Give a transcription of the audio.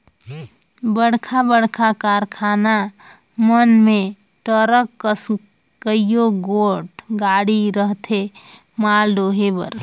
बड़खा बड़खा कारखाना मन में टरक कस कइयो गोट गाड़ी रहथें माल डोहे बर